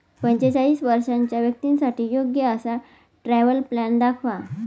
पंचेचाळीस वर्षांच्या व्यक्तींसाठी योग्य असा ट्रॅव्हल प्लॅन दाखवा